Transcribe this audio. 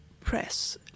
press